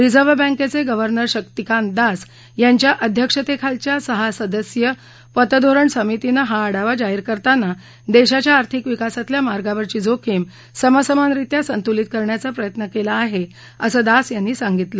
reserve बँकेचे governor Shaktikanta Das यांच्या अध्यक्षतेखालच्या सहा सदस्यीय पतधोरण समितीनं हा आढावा जाहीर करताना देशाच्या आर्थिक विकासातल्या मार्गावरची जोखीम समसमानरीत्या संतुलित करण्याच प्रयत्न केला आहे असं दास यांनी सांगितलं